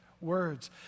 words